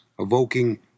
evoking